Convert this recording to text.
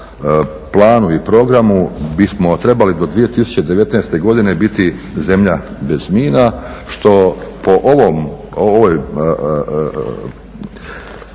planu i programu bismo trebali do 2019. godine biti zemlja bez mina što po ovom